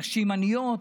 נשים עניות,